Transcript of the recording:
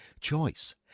Choice